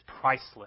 priceless